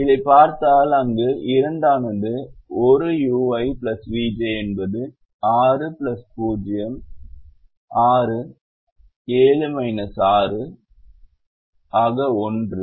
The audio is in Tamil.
இதைப் பார்த்தால் அங்கு 2 ஆனது 1 ui vj என்பது 6 0 6 7 6 ஆகும் 1